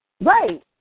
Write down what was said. Right